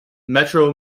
metro